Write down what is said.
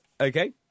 Okay